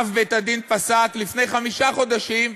אב בית-הדין פסק לפני חמישה חודשים,